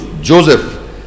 Joseph